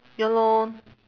ya lor